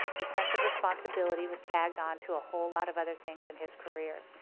the sense of responsibility was tagged onto a whole lot of other things in his career.